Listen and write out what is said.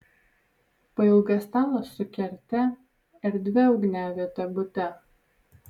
pailgas stalas su kerte erdvia ugniaviete bute